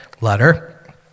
letter